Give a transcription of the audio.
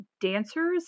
dancers